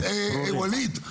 ווליד,